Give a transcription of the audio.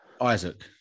Isaac